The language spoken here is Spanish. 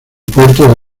puerto